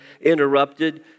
interrupted